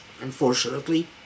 unfortunately